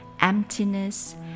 emptiness